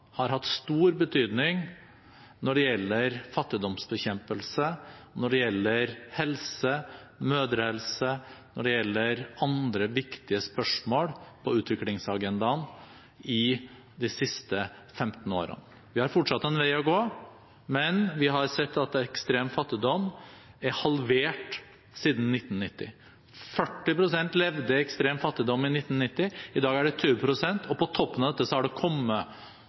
har hatt stor betydning når det gjelder fattigdomsbekjempelse, helse, mødrehelse og andre viktige spørsmål på utviklingsagendaen de siste 15 årene. Vi har fortsatt en vei å gå, men vi har sett at ekstrem fattigdom er halvert siden 1990. 40 pst. levde i ekstrem fattigdom i 1990, i dag er det 20 pst. På toppen av det har det kommet